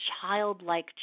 childlike